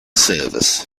service